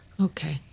Okay